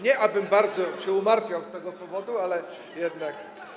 Nie żebym bardzo się umartwiał z tego powodu, ale jednak.